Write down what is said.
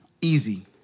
Easy